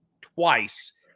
twice